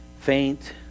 faint